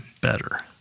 better